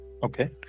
Okay